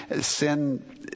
sin